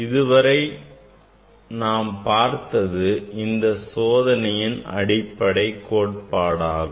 இதுவரை நாம் பார்த்தது இச்சோதனையின் அடிப்படை கோட்பாடாகும்